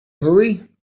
hurry